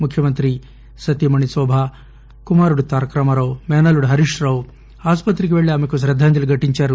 ముఖ్యమంత్రి సతీమణి శోభ కుమారుడు తారక రామారావు మేనల్లుడు హరీశ్రావు ఆసుపత్రికి వెళ్ళి ఆమెకు క్రద్దాంజలి ఘటించారు